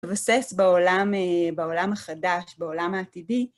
מתבסס בעולם החדש, בעולם העתידי.